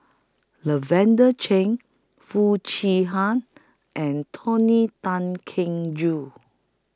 Lavender Chain Foo Chee Han and Tony Tan Keng Joo